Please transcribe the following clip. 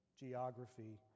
Geography